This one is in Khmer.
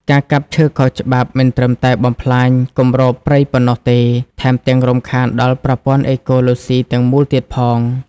ការកាប់ឈើខុសច្បាប់មិនត្រឹមតែបំផ្លាញគម្របព្រៃប៉ុណ្ណោះទេ ថែមទាំងរំខានដល់ប្រព័ន្ធអេកូឡូស៊ីទាំងមូលទៀតផង។